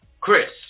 chris